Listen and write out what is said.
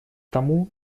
тому